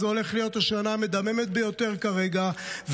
זו הולכת להיות השנה המדממת ביותר כרגע,